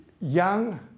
young